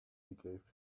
gave